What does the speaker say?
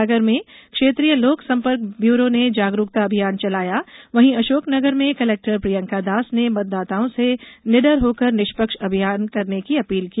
सागर में क्षेत्रीय लोक संपर्क ब्यूरों ने जागरूकता अभियान चलाया वहीं अशोकनगर में कलेक्टर प्रियंका दास ने मतदाताओं से निडर होकर निष्पक्ष अभियान करने की अपील की